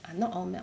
ah not all melt